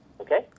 Okay